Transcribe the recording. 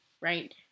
right